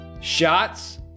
Shots